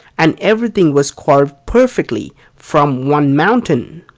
and everything was carved perfectly from one mountain.